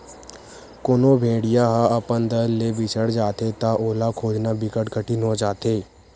कोनो भेड़िया ह अपन दल ले बिछड़ जाथे त ओला खोजना बिकट कठिन हो जाथे